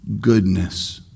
goodness